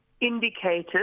indicators